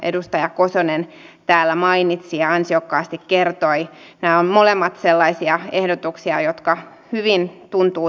ensimmäiseksi on uudistettava ilmasto ja energiastrategia kunnianhimoisemmaksi leikattava ympäristölle haitallisia tukia ja edistettävä puhdasta teknologiaa sekä uusiutuvaa energiaa